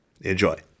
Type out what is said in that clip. Enjoy